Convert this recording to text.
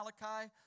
Malachi